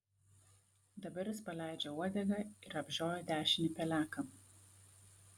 dabar jis paleidžia uodegą ir apžioja dešinį peleką